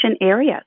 areas